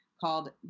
called